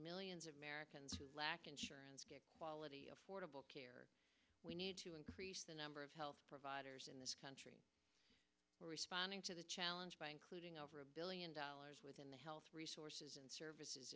millions of americans lack insurance good quality affordable care we need to increase the number of health providers in this country are responding to the challenge by including over a billion dollars within the health resources and services